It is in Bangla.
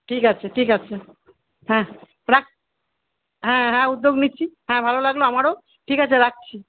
ঠিক আছে ঠিক আছে হ্যাঁ হ্যাঁ হ্যাঁ উদ্যোগ নিচ্ছি হ্যাঁ ভালো লাগল আমারও ঠিক আছে রাখছি